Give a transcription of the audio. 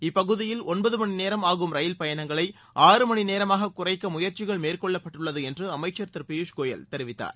இப்பகுதியில் ஒன்பது மணி நேரம் ஆகும் ரயில் பயணங்களை ஆறு மணி நேரமாக குறைக்க முயற்சிகள் மேற்கொள்ளப்பட்டுள்ளது என்று அமைச்சர் திரு பியூஷ் கோயல் தெரிவித்தார்